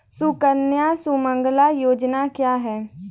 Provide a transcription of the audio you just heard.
सुकन्या सुमंगला योजना क्या है?